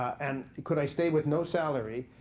and could i stay with no salary.